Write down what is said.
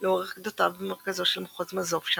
לאורך גדותיו במרכזו של מחוז מאזובשה,